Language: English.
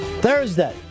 Thursday